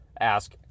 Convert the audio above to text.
ask